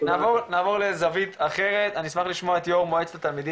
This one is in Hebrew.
נעבור לזווית אחרת, אני אשמח לשמוע את עומר שחר,